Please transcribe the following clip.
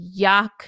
yuck